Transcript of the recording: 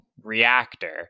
reactor